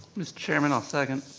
mr. chairman, i'll second.